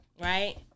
Right